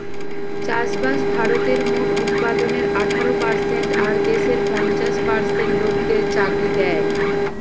চাষবাস ভারতের মোট উৎপাদনের আঠারো পারসেন্ট আর দেশের পঞ্চাশ পার্সেন্ট লোকদের চাকরি দ্যায়